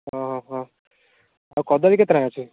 ଅ ହଁ ଆଉ କଦଳୀ କେତେ ଟଙ୍କା ଅଛି